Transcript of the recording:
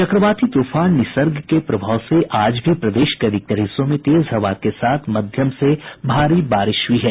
चक्रवाती तूफान निसर्ग के प्रभाव से आज भी प्रदेश के अधिकतर हिस्सों में तेज हवा के साथ मध्यम से भारी बारिश हुई है